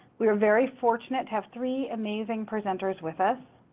we're very fortunate have three amazing presenters with us.